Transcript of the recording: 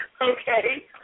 okay